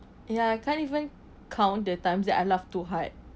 ya I can't even count the times that I laugh too hard